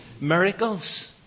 miracles